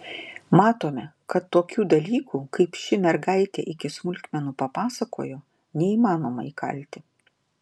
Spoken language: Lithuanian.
matome kad tokių dalykų kaip ši mergaitė iki smulkmenų papasakojo neįmanoma įkalti